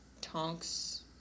Tonks